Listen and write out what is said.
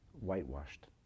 whitewashed